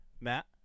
Matt